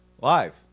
Live